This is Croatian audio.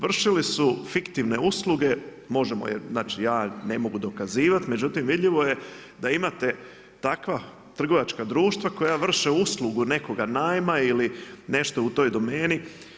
Vršili su fiktivne usluge, možemo je, znači ja ne mogu dokazivati međutim vidljivo je da imate takva trgovačka društva koja vrše uslugu nekoga najma ili nešto u toj domeni.